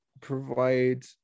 provide